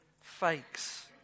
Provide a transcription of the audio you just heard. fakes